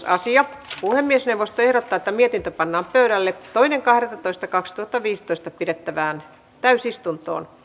asia puhemiesneuvosto ehdottaa että mietintö pannaan pöydälle toinen kahdettatoista kaksituhattaviisitoista pidettävään täysistuntoon